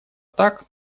так